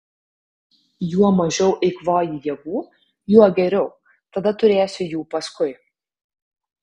juo mažiau eikvoji jėgų juo geriau tada turėsi jų paskui